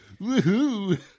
Woohoo